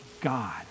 God